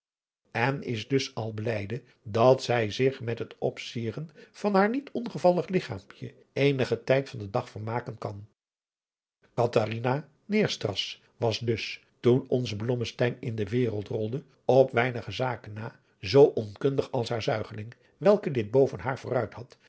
en is dus al blijde dat zij zich met het opsieren van haar niet ongevallig ligchaampje eenigen tijd van den dag vermaken kan catharina neerstras was dus toen onze blommesteyn in de wereld rolde op weinige zaken na zoo onkundig als haar zuigeling welke dit boven haar vooruit had